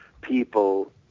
people